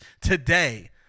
today